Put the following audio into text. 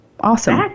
Awesome